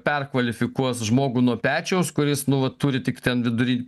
perkvalifikuos žmogų nuo pečiaus kuris nu vat turi tik ten viduri